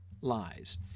lies